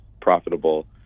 profitable